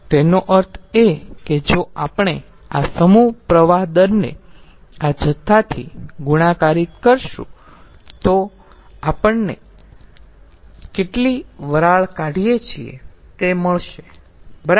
તેનો અર્થ એ કે જો આપણે આ સમૂહ પ્રવાહ દરને આ જથ્થાથી ગુણાકારિત કરીશું તો આપણને કેટલી વરાળ કાઢીએ છીએ તે મળશે બરાબર